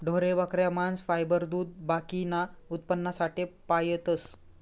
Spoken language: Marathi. ढोरे, बकऱ्या, मांस, फायबर, दूध बाकीना उत्पन्नासाठे पायतस